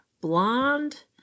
blonde